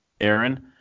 Aaron